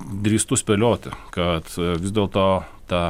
drįstu spėlioti kad vis dėlto ta